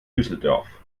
düsseldorf